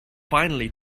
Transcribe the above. finally